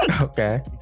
Okay